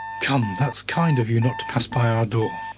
come, that's kind of you not to pass by our door.